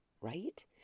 right